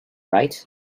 right